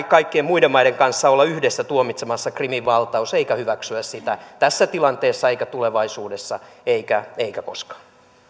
kaikkien muiden maiden kanssa olla yhdessä tuomitsemassa krimin valtaus eikä hyväksyä sitä tässä tilanteessa eikä tulevaisuudessa eikä koskaan